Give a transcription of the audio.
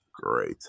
great